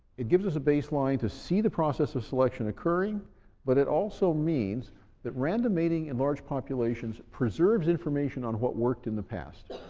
it gives us a baseline to see the process of selection occurring but it also means that random mating in large populations preserves information on what worked in the past.